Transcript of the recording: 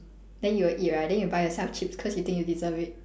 then you will eat right then you'll buy yourself some chips cause you think you deserve it